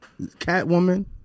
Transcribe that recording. Catwoman